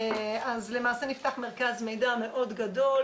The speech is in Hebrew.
אז למעשה נפתח מרכז מידע מאוד גדול,